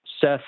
Seth